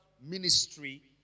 ministry